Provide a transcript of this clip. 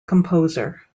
composer